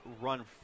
run